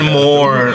more